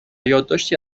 یادداشتی